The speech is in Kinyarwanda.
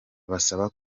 basaba